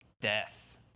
death